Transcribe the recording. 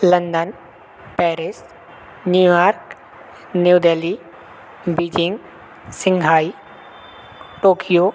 London Paris New York New Delhi Beijing Shanghai Tokyo